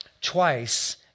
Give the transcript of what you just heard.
twice